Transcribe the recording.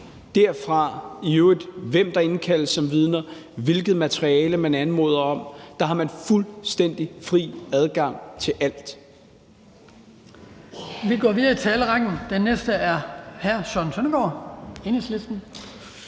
har man, uanset hvem der indkaldes som vidner og hvilket materiale man anmoder om, fuldstændig fri adgang til alt.